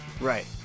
Right